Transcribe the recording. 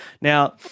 Now